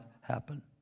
happen